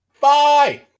Bye